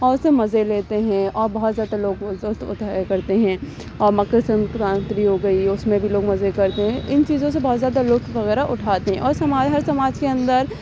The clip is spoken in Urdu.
اور اس سے مزے لیتے ہیں اور بہت زیادہ لوگ لطف اٹھایا کرتے ہیں اور مکر سنکرانتی ہو گئی اس میں بھی لوگ مزے کرتے ہیں ان چیزوں سے بہت زیادہ لطف وغیرہ اٹھاتے ہیں اور سما ہر سماج کے اندر